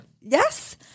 yes